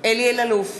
אלי אלאלוף,